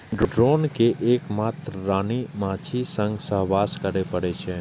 drone कें एक मात्र रानी माछीक संग सहवास करै पड़ै छै